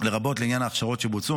לרבות לעניין ההכשרות שבוצעו,